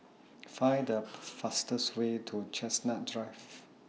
Find The fastest Way to Chestnut Drive